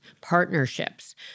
partnerships